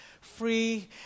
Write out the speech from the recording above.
free